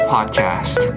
Podcast